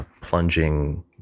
plunging